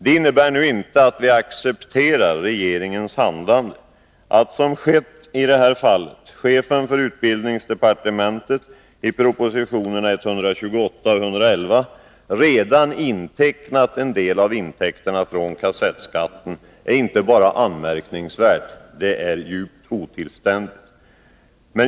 Det innebär nu inte att vi accepterar regeringens handlande. Att, som har skett i det här fallet, chefen för utbildningsdepartementet i propositionerna 128 och 111 redan intecknat en del av intäkterna från kassettskatten är inte bara anmärkningsvärt — det är djupt otillständigt.